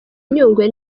nyungwe